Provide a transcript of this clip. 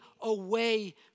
away